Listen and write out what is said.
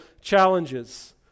challenges